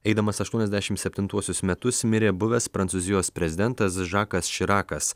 eidamas aštuoniasdešim septintuosius metus mirė buvęs prancūzijos prezidentas žakas širakas